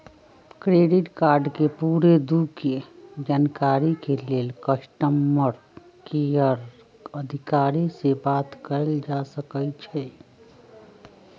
credit card के पूरे दू के जानकारी के लेल कस्टमर केयर अधिकारी से बात कयल जा सकइ छइ